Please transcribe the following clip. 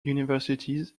universities